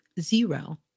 zero